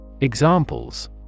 Examples